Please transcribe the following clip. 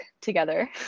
together